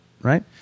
right